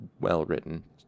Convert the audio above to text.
well-written